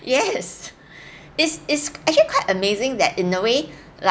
yes it's it's actually quite amazing that in a way like